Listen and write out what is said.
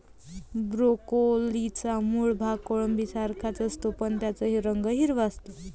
ब्रोकोलीचा मूळ भाग कोबीसारखाच असतो, पण त्याचा रंग हिरवा असतो